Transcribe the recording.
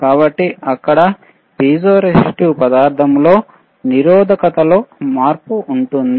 కాబట్టి అక్కడ piezo resistive పదార్థంలో నిరోధకతలో మార్పు ఉంది